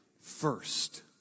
first